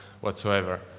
whatsoever